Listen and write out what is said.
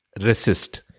resist